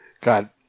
God